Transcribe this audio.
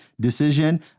decision